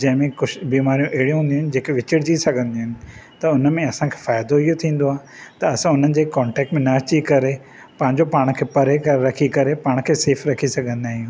जंहिं में कुझु बीमारियूं अहिड़ियूं हूंदियूं आहिनि जेके विछिड़जी सघंदियूं आहिनि त उन में असांखे फ़ाइदो इहो थींदो आहे त असां उन्हनि जे कॉनटेक्ट में न अची करे पंहिंजो पाण खे परे रखी करे पाण खे सेफ़ रखी सघंदा आहियूं